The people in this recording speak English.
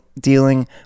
dealing